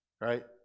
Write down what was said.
right